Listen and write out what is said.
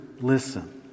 listen